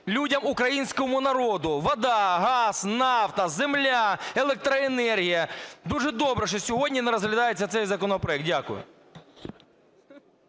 людям, українському народу – вода, газ, нафта, земля, електроенергія. Дуже добре, що сьогодні не розглядається цей законопроект. Дякую.